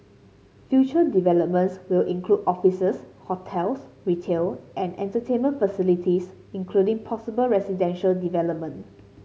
future developments will include officers hotels retail and entertainment facilities including possible residential development